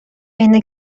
اینه